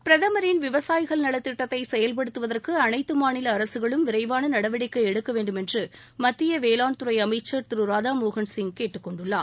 பிரதமின் விவசாயிகள் நலத் திட்டத்தை செயல்படுத்துவதற்கு அனைத்து மாநில அரசுகளும் விரைவான நடவடிக்கை எடுக்க வேண்டுமென்று மத்திய வேளாண்துறை அமைச்சர் திரு ராதாமோகன் சிங் கேட்டுக் கொண்டுள்ளார்